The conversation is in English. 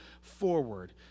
forward